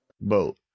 boat